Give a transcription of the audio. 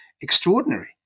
extraordinary